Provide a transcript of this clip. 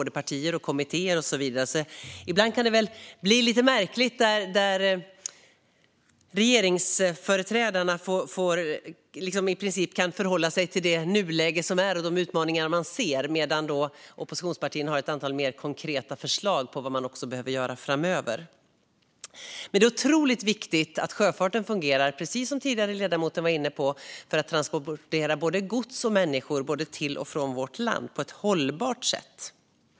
Det kan ibland bli lite märkligt när regeringsföreträdarna i princip kan förhålla sig till nuläget och de utmaningar man ser, medan oppositionspartierna har ett antal mer konkreta förslag på vad man också behöver göra framöver. Precis som tidigare ledamöter har varit inne på är det otroligt viktigt att sjöfarten fungerar för att transportera både gods och människor till och från vårt land på ett hållbart sätt.